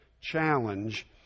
challenge